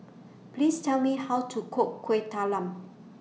Please Tell Me How to Cook Kuih Talam